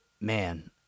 man